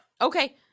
Okay